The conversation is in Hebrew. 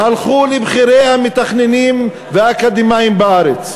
הלכו לבכירי המתכננים והאקדמאים בארץ,